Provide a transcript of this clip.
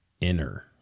inner